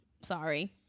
Sorry